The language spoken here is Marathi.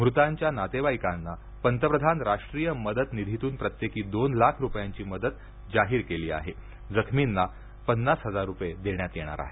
मृतांच्या नातेवाईकांना पंतप्रधान राष्ट्रीय मदत निधीतून प्रत्येकी दोन लाख रुपयांची मदत जाहीर केली असून जखमींना पन्नास हजार रुपये देण्यात येणार आहेत